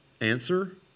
answer